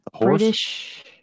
British